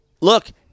Look